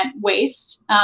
waste